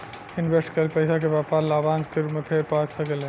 invest कईल पइसा के व्यापारी लाभांश के रूप में फेर पा सकेले